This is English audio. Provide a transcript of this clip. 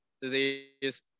disease